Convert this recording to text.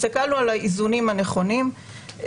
הסתכלנו על האיזונים הנכונים,